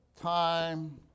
time